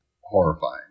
horrifying